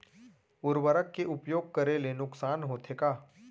उर्वरक के उपयोग करे ले नुकसान होथे का?